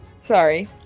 sorry